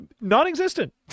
non-existent